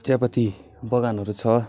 चियापत्ती बगानहरू छ